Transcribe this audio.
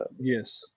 Yes